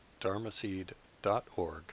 dharmaseed.org